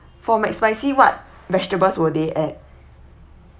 for mac spicy what vegetables will they add